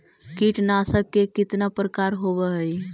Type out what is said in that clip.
कीटनाशक के कितना प्रकार होव हइ?